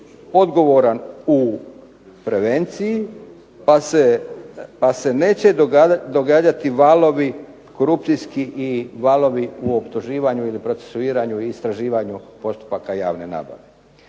odgovoran u prevenciji pa se neće događati valovi korupcijski i valovi u optuživanju, procesuiranju i istraživanju postupaka javne nabave.